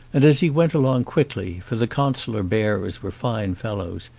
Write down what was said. and as he went along quickly, for the consular bearers were fine fellows,